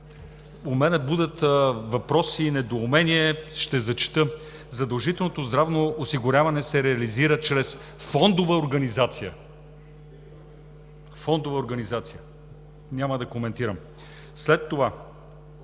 у мен будят въпроси и недоумение, ще зачета: „Задължителното здравно осигуряване се реализира чрез фондова организация.“ Фондова организация! Няма да коментирам. Пак тук